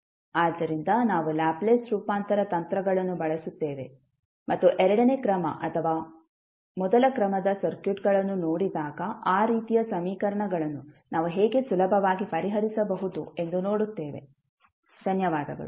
ಆದ್ದರಿಂದ ನಾವು ಲ್ಯಾಪ್ಲೇಸ್ ರೂಪಾಂತರ ತಂತ್ರಗಳನ್ನು ಬಳಸುತ್ತೇವೆ ಮತ್ತು ಎರಡನೇ ಕ್ರಮ ಅಥವಾ ಮೊದಲ ಕ್ರಮದ ಸರ್ಕ್ಯೂಟ್ಗಳನ್ನು ನೋಡಿದಾಗ ಆ ರೀತಿಯ ಸಮೀಕರಣಗಳನ್ನು ನಾವು ಹೇಗೆ ಸುಲಭವಾಗಿ ಪರಿಹರಿಸಬಹುದು ಎಂದು ನೋಡುತ್ತೇವೆ ಧನ್ಯವಾದಗಳು